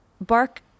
Bark